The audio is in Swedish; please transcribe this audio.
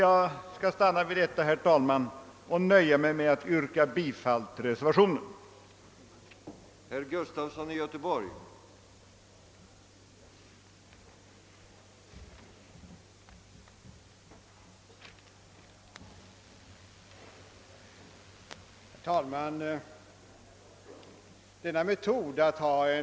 Jag skall stanna vid detta, herr talman, och nöja mig med att yrka bifall till reservationen 1.